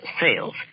sales